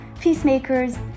peacemakers